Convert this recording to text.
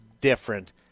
different